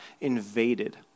invaded